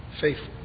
faithful